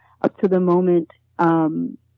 up-to-the-moment